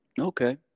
Okay